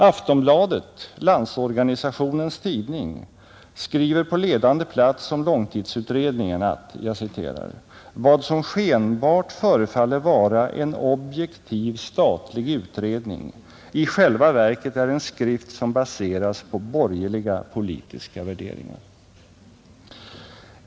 Aftonbladet, LO:s tidning, skriver på ledande plats om långtidsutredningen att ”vad som skenbart förefaller vara en objektiv statlig utredning i själva verket är en skrift som baseras på borgerliga politiska värderingar”.